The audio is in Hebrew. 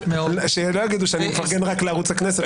שלא יגידו שאני מפרגן רק לערוץ הכנסת